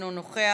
אינו נוכח.